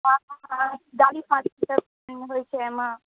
हँ हँ सब होइ छै एहिमे